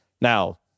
Now